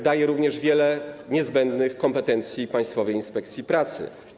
Daje również wiele niezbędnych kompetencji Państwowej Inspekcji Pracy.